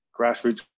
grassroots